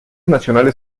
nacionales